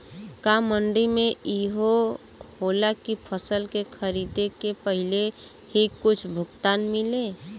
का मंडी में इहो होला की फसल के खरीदे के पहिले ही कुछ भुगतान मिले?